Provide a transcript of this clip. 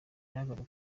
byagabwe